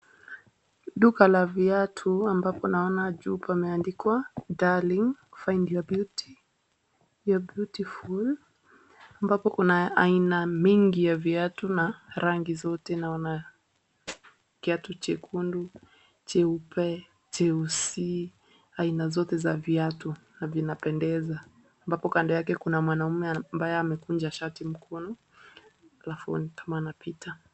Duka la viatu ambapo naona juu pameandikwa darling find your beauty, you're beautiful ambapo kuna aina mingi ya viatu na rangi zote, naona kiatu chekundu, cheupe, cheusi, aina zote za viatu na vinapendeza. Ambapo kando yake kuna mwanaume ambaye amekunja shati mkono, halafu ni kama anapita.